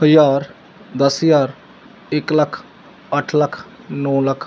ਹਜ਼ਾਰ ਦਸ ਹਜ਼ਾਰ ਇੱਕ ਲੱਖ ਅੱਠ ਲੱਖ ਨੌਂ ਲੱਖ